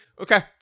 okay